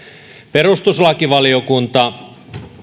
perustuslakivaliokunta